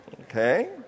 Okay